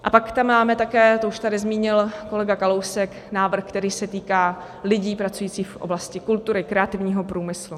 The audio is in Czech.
A pak tam máme také, to už tady zmínil kolega Kalousek, návrh, který se týká lidí pracujících v oblasti kultury, kreativního průmyslu.